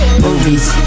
movies